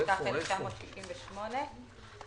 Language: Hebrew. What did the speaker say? את